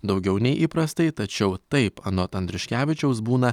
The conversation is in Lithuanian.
daugiau nei įprastai tačiau taip anot andriuškevičiaus būna